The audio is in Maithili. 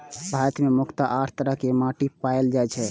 भारत मे मुख्यतः आठ तरह के माटि पाएल जाए छै